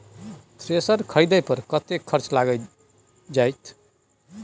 Thresher खरीदे पर कतेक खर्च लाईग जाईत?